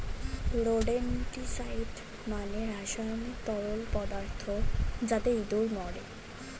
rodenticide মানে রাসায়নিক তরল পদার্থ যাতে ইঁদুর মরে